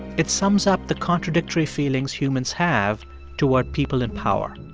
it sums up the contradictory feelings humans have toward people in power.